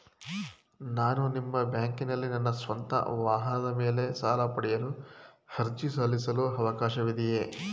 ನಾನು ನಿಮ್ಮ ಬ್ಯಾಂಕಿನಲ್ಲಿ ನನ್ನ ಸ್ವಂತ ವಾಹನದ ಮೇಲೆ ಸಾಲ ಪಡೆಯಲು ಅರ್ಜಿ ಸಲ್ಲಿಸಲು ಅವಕಾಶವಿದೆಯೇ?